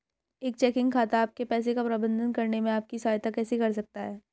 एक चेकिंग खाता आपके पैसे का प्रबंधन करने में आपकी सहायता कैसे कर सकता है?